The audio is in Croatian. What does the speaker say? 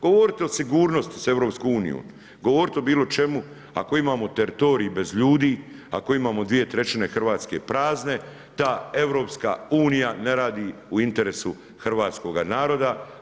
Govorite o sigurnosti sa EU, govoriti o bilo čemu, ako imamo teritorij bez ljudi, ako imam 2/3 Hrvatske prazne, ta EU ne radi u interesu hrvatskoga naroda.